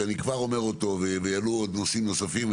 שאני כבר אומר אותו ויעלו עוד נושאים נוספים,